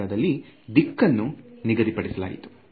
ಹಾಗಾದಲ್ಲಿ ದಿಕ್ಕನ್ನು ನಿಗದಿಪಡಿಸಲಾಯಿತು